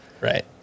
right